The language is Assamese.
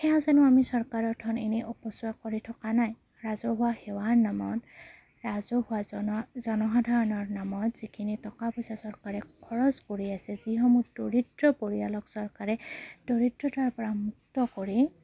সেয়া জানো আমি চৰকাৰৰ ধন এনেই অপচয় কৰি থকা নাই ৰাজহুৱা সেৱাৰ নামত ৰাজহুৱা জন জনসাধাৰণৰ নামত যিখিনি টকা পইচা চৰকাৰে খৰচ কৰি আছে যিসমূহ দৰিদ্ৰ পৰিয়ালক চৰকাৰে দৰিদ্ৰতাৰ পৰা মুক্ত কৰি